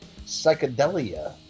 psychedelia